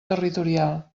territorial